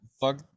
fuck